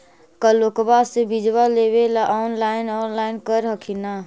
ब्लोक्बा से बिजबा लेबेले ऑनलाइन ऑनलाईन कर हखिन न?